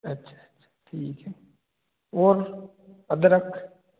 अच्छा अच्छा ठीक हे और अदरक